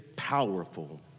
powerful